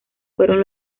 fueron